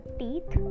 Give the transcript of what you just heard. teeth